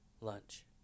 Lunch